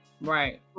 Right